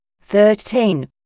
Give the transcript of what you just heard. thirteen